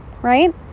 right